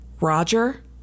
Roger